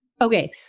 Okay